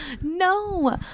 No